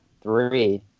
three